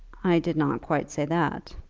i did not quite say that.